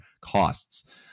costs